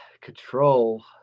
control